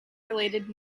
related